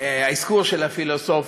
האזכור של הפילוסוף,